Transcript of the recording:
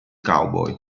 cowboy